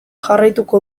jarraituko